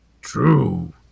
True